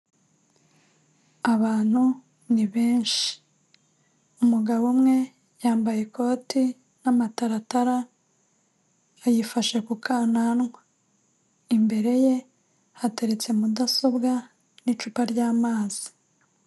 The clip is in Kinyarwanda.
Abantu ni benshi, umugabo umwe yambaye ikoti n'amataratara yifashe kukananwa, imbere ye hateretse mudasobwa n'icupa ry'amazi.